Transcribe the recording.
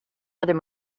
other